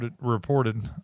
reported